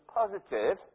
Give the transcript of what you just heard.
positive